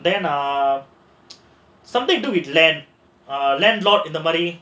then err something do it land landlord in the money